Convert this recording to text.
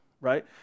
right